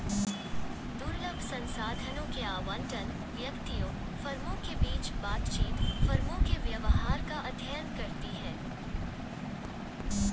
दुर्लभ संसाधनों के आवंटन, व्यक्तियों, फर्मों के बीच बातचीत, फर्मों के व्यवहार का अध्ययन करती है